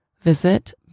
Visit